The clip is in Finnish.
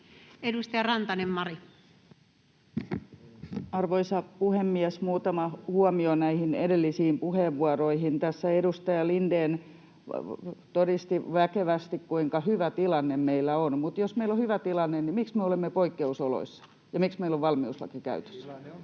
18:19 Content: Arvoisa puhemies! Muutama huomio näihin edellisiin puheenvuoroihin: Tässä edustaja Lindén todisti väkevästi, kuinka hyvä tilanne meillä on. Mutta jos meillä on hyvä tilanne, miksi me olemme poikkeusoloissa ja miksi meillä on valmiuslaki käytössä?